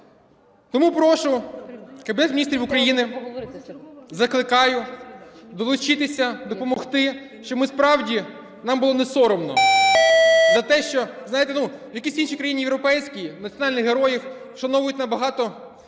Тому прошу Кабінет Міністрів України, закликаю, долучитися, допомогти, щоб ми справді, нам було не соромно за те, що, знаєте, в якійсь іншій країні європейській національних героїв вшановують набагато,